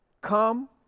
come